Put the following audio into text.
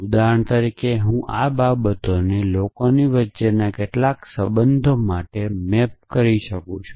ઉદાહરણ તરીકે હું આ બાબતોને લોકો વચ્ચેના કેટલાક સંબંધો માટે મેપ કરી શકું છું